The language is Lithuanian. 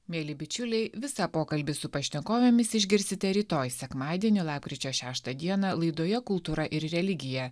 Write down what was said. mieli bičiuliai visą pokalbį su pašnekovėmis išgirsite rytoj sekmadienį lapkričio šeštą dieną laidoje kultūra ir religija